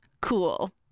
Cool